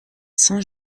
saint